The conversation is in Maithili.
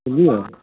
बुझलिऐ